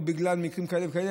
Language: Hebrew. או בגלל מקרים כאלה וכאלה,